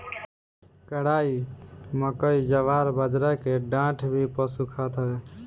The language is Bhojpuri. कराई, मकई, जवार, बजरा के डांठ भी पशु खात हवे